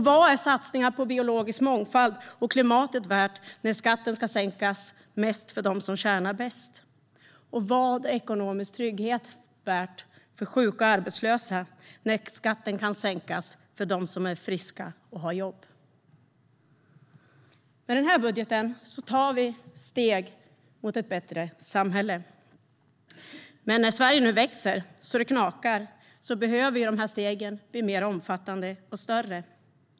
Vad är satsningar på biologisk mångfald och klimatet värda när skatten ska sänkas mest för dem som tjänar bäst? Och vad är ekonomisk trygghet värd för sjuka och arbetslösa när skatten kan sänkas för dem som är friska och har jobb? Med den här budgeten tar vi steg mot ett bättre samhälle. Men när Sverige nu växer så det knakar behöver de stegen bli mer omfattande och större.